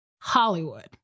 Hollywood